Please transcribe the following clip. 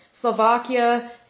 Slovakia